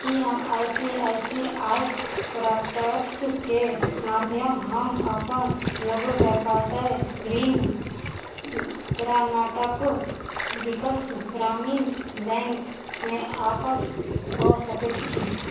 की हम I C I C I प्रैकटैक्सके माध्यम हम अपन लघु व्यवसाय ऋण कर्नाटक विकास ग्रामीण बैंकमे वापस कऽ सकैत छी